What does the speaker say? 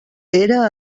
era